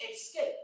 escape